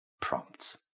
prompts